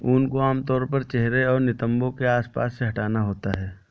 ऊन को आमतौर पर चेहरे और नितंबों के आसपास से हटाना होता है